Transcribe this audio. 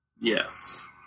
Yes